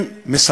וילדה לו בן.